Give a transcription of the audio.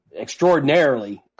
extraordinarily